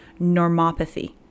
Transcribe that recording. normopathy